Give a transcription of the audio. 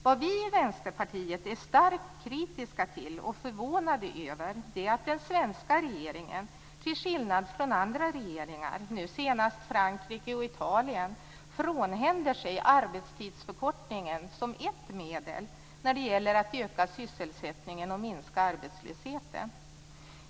Vi i Vänsterpartiet är starkt kritiska mot och förvånade över att den svenska regeringen, till skillnad från andra regeringar, nu senast Frankrike och Italien, frånhänder sig arbetstidsförkortningen som ett medel när det gäller att öka sysselsättningen och minska arbetslösheten.